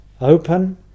open